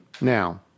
now